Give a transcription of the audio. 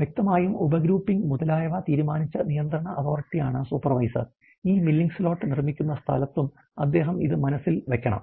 വ്യക്തമായും ഉപഗ്രൂപ്പിംഗ് മുതലായവ തീരുമാനിച്ച നിയന്ത്രണ അതോറിറ്റിയാണ് സൂപ്പർവൈസർ ഈ മില്ലിംഗ് സ്ലോട്ട് നിർമ്മിക്കുന്ന സ്ഥലത്തും അദ്ദേഹം ഇത് മനസ്സിൽ വയ്ക്കണം